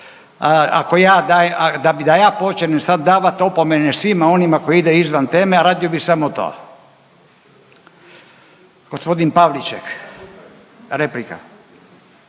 ako ja dajem, da ja sad počnem davat opomene svima onima koji idu izvan teme radio bih samo to. Gospodin Pavliček, replika.